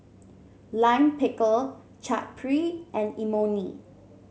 Lime Pickle Chaat Papri and Imoni